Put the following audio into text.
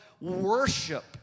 worship